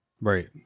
Right